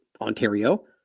Ontario